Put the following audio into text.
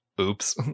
oops